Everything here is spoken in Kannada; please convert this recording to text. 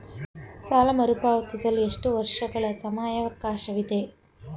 ಸಾಲ ಮರುಪಾವತಿಸಲು ಎಷ್ಟು ವರ್ಷಗಳ ಸಮಯಾವಕಾಶವಿದೆ?